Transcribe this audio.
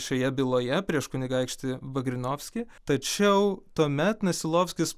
šioje byloje prieš kunigaikštį bagrinovskį tačiau tuomet nasilovskis